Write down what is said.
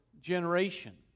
generation